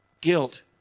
guilt